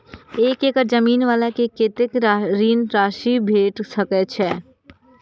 एक एकड़ जमीन वाला के कतेक ऋण राशि भेट सकै छै?